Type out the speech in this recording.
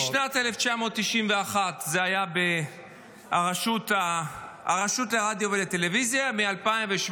משנת 1991 זה היה הרשות לרדיו ולטלוויזיה, מ-2017,